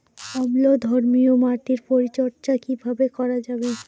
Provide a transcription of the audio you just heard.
অম্লধর্মীয় মাটির পরিচর্যা কিভাবে করা যাবে?